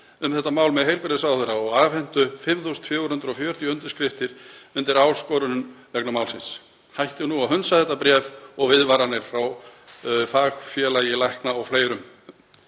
um þetta mál með heilbrigðisráðherra og afhentu 5.440 undirskriftir undir áskorun vegna málsins. Hættið nú að hunsa þetta bréf og viðvaranir frá fagfélagi lækna og fleirum.